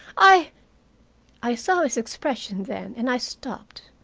i i saw his expression then, and i stopped,